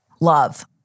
love